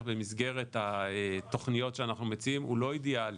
במסגרת התכניות שאנחנו מציעים הוא לא אידיאלי,